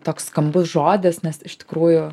toks skambus žodis nes iš tikrųjų